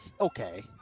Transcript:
okay